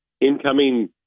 incoming